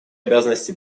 обязанности